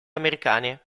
americane